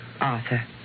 Arthur